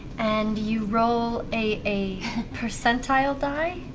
and you roll a percentile die,